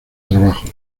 trabajo